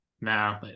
No